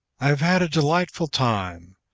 i have had a delightful time,